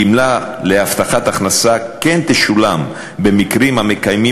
גמלה להבטחת הכנסה כן תשולם במקרים המקיימים